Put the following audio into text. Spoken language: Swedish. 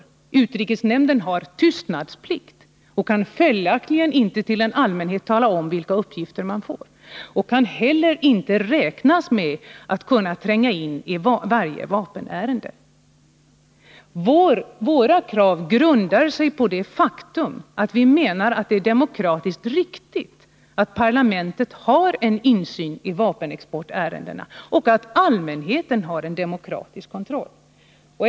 Ledamöterna av utrikesnämnden har tystnadsplikt och kan följaktligen inte för allmänheten tala om vilka uppgifter de fått. Man kan heller inte räkna med att utrikesnämndens ledamöter skall kunna tränga in i varje vapenexportärende. Våra krav grundar sig på det faktum att vi menar att det är demokratiskt riktigt att parlamentet har en insyn i vapenexportärendena och att allmänheten har en demokratisk kontroll.